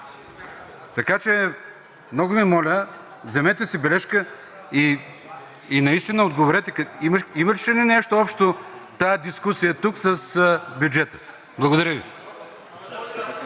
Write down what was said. Така че много Ви моля: вземете си бележка и наистина отговорете – имаше ли нещо общо тази дискусия тук с бюджета? Благодаря Ви.